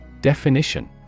Definition